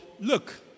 look